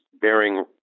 bearing